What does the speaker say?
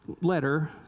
letter